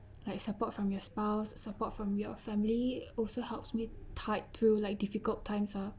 like support from your spouse support from your family also helps me tight through like difficult times ah